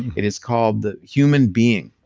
it is called the human being,